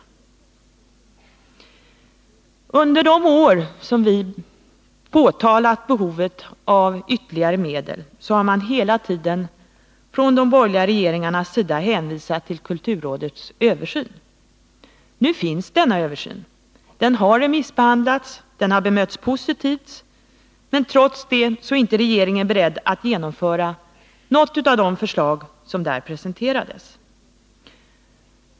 13 maj 1981 Under de år vi påtalat behovet av ytterligare medel har man hela tiden från de borgerliga regeringarnas sida hänvisat till kulturrådets översyn. Nu finns denna översyn — den har remissbehandlats och bemötts positivt, men trots det är regeringen inte beredd att genomföra något av de förslag som där presenterades.